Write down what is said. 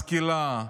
משכילה,